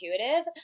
intuitive